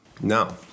No